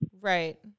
right